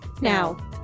now